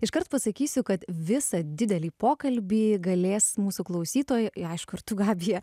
iškart pasakysiu kad visą didelį pokalbį galės mūsų klausytojai aišku ir tu gabija